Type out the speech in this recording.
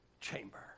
chamber